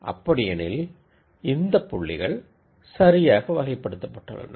அப்படி எனில் இந்தப் பாயிண்ட்டுகள் சரியாக கிளாஸ்ஸிஃபை செய்யப்பட்டுள்ளன